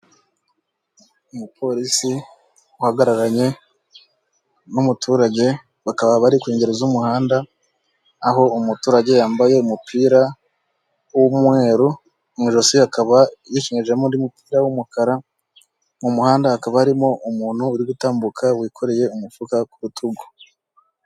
Umupolisi uhagararanye n'umuturage bakaba bari ku ngeri z'umuhanda, aho umuturage yambaye umupira w'umweru mu ijosi akaba yikinjemo undi mupira w'umukara, mu muhanda hakaba harimo umuntu uri gutambuka wikoreye umufuka ku rutugu.